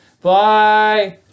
Bye